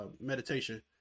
meditation